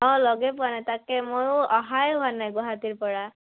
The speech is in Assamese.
অঁ লগে পোৱা নাই তাকে ময়ো অহাই হোৱা নাই গুৱাহাটীৰ পৰা